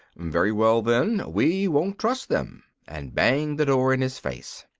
very well, then, we won't trust them, and bang the door in his face.